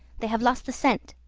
they have lost the scent,